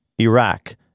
Iraq